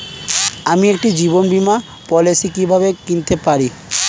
আমি একটি জীবন বীমা পলিসি কিভাবে কিনতে পারি?